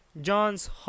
Johns